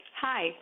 Hi